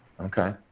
Okay